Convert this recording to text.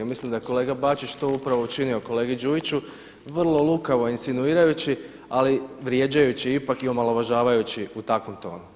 Mislim da je kolega Bačić to upravo učinio kolegi Đujiću vrlo lukavo insinuirajući, ali vrijeđajući ipak i omalovažavajući u takvom tonu.